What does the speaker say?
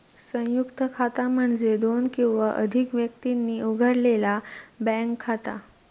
संयुक्त खाता म्हणजे दोन किंवा अधिक व्यक्तींनी उघडलेला बँक खाता